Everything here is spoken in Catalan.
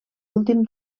últim